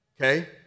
okay